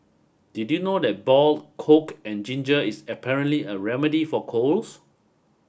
did you know that boiled coke and ginger is apparently a remedy for colds